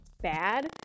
bad